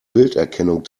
bilderkennung